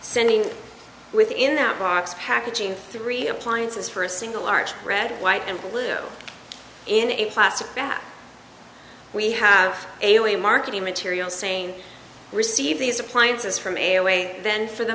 sending within that box packaging three appliances for a single large red white and blue in a plastic bag we have a way of marketing material saying receive these appliances from a way then for the